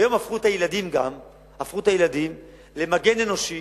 היום הפכו את הילדים למגן אנושי.